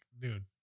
dude